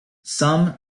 some